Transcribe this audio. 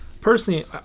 personally